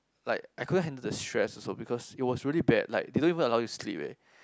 like I couldn't handle the stress also because it was really bad like they don't even allow you to sleep eh